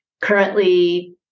currently